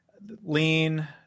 lean